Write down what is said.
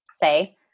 say